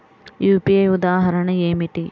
UPI ఉదాహరణ ఏమిటి?